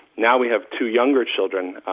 now we have two younger children,